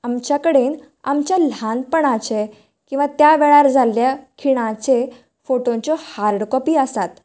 आमचे कडेन आमच्या ल्हानपणाचे किंवां त्या वेळार जाल्या खिणाचे फोटोंच्यो हार्ड कॉपी आसात